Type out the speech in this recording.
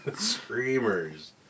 Screamers